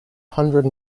hundred